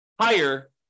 higher